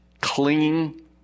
clinging